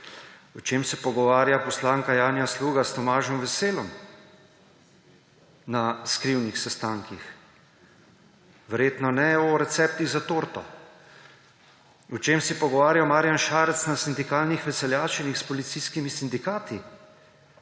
O čem se pogovarja poslanka Janja Sluga s Tomažem Veselom na skrivnih sestankih? Verjetno ne o receptih za torto. O čem se pogovarja Marjan Šarec na sindikalnih veseljačenjih s policijskimi sindikati?